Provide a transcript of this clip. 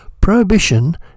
Prohibition